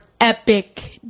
epic